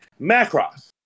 Macross